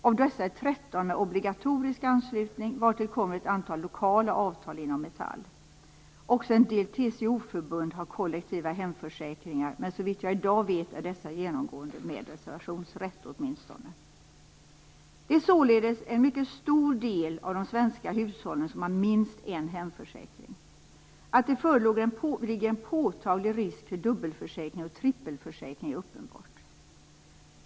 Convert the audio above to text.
Av dessa är 13 med obligatorisk anslutning vartill kommer ett antal lokala avtal inom Metall. Också en del TCO-förbund har kollektiva hemförsäkringar, men såvitt jag i dag vet är dessa genomgående med reservationsrätt. Det är således en mycket stor del av de svenska hushållen som har minst en hemförsäkring. Att det föreligger en påtaglig risk för dubbelförsäkring och trippelförsäkring är uppenbart.